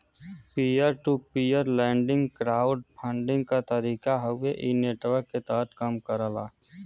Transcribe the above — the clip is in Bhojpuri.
peer to peer lending crowd funding क तरीका हउवे इ नेटवर्क के तहत कम करला